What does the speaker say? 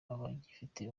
abagifite